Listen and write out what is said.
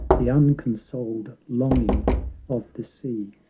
the unconsoled longing of the sea,